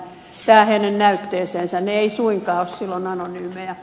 he eivät silloin suinkaan ole anonyymejä